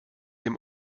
dem